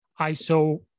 ISO